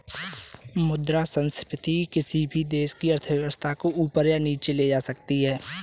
मुद्रा संस्फिति किसी भी देश की अर्थव्यवस्था को ऊपर या नीचे ले जा सकती है